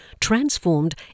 transformed